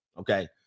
Okay